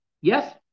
Yes